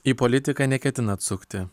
į politiką neketinat sukti